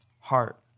heart